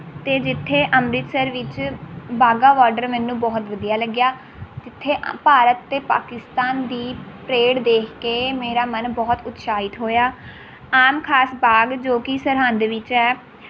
ਅਤੇ ਜਿੱਥੇ ਅੰਮ੍ਰਿਤਸਰ ਵਿੱਚ ਵਾਘਾ ਬਾਰਡਰ ਮੈਨੂੰ ਬਹੁਤ ਵਧੀਆ ਲੱਗਿਆ ਜਿੱਥੇ ਭਾਰਤ ਅਤੇ ਪਾਕਿਸਤਾਨ ਦੀ ਪਰੇਡ ਦੇਖ ਕੇ ਮੇਰਾ ਮਨ ਬਹੁਤ ਉਤਸ਼ਾਹਿਤ ਹੋਇਆ ਆਮ ਖਾਸ ਬਾਗ਼ ਜੋ ਕਿ ਸਰਹਿੰਦ ਵਿੱਚ ਹੈ